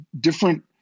different